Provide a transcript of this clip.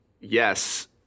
yes